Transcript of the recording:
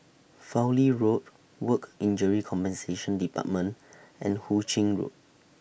Fowlie Road Work Injury Compensation department and Hu Ching Road